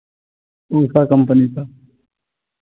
Usha company का